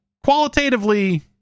Qualitatively